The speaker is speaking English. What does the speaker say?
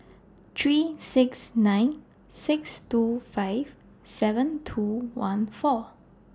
three six nine six two five seven two one four